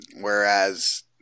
Whereas